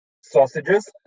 sausages